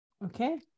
Okay